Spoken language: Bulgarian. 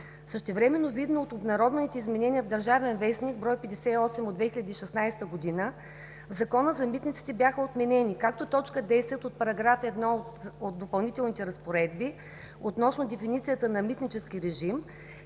Същевременно, видно от обнародваните изменения в Държавен вестник, бр. 58/2016 г., в Закона за митниците бяха отменени както т. 10 от § 1 от Допълнителните разпоредби относно дефиницията на митнически режим,